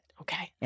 Okay